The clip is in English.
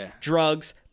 drugs